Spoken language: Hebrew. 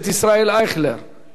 חבר הכנסת דב חנין?